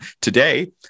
Today